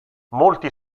molti